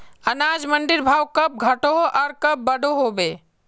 अनाज मंडीर भाव कब घटोहो आर कब बढ़ो होबे?